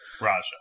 Raja